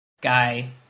guy